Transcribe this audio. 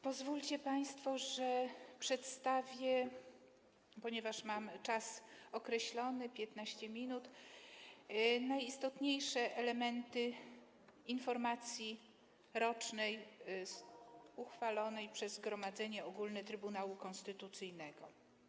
Pozwólcie państwo, że przedstawię, ponieważ mam czas określony, 15 minut, najistotniejsze elementy informacji rocznej uchwalonej przez Zgromadzenie Ogólne Sędziów Trybunału Konstytucyjnego.